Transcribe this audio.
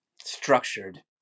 structured